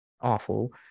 awful